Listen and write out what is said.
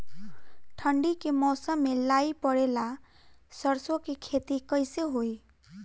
ठंडी के मौसम में लाई पड़े ला सरसो के खेती कइसे होई?